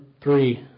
three